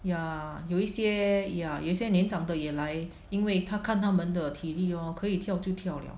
ya 有一些 ya 有一些年长的也来因为他看他们的体力 lor 可以跳就跳了